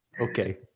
okay